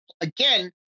again